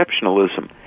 exceptionalism